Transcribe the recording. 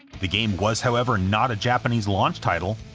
the game was however not a japanese launch title,